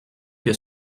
que